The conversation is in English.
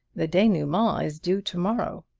the denouement is due to-morrow.